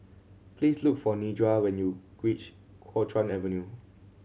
please look for Nedra when you reach Kuo Chuan Avenue